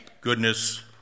goodness